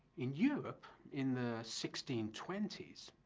in europe in the sixteen twenty s,